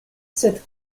sed